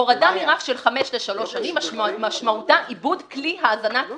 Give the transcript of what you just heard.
רשמת פרלמנטרית,